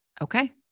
Okay